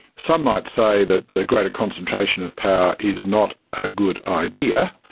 some might say that the greater concentration of power is not a good idea,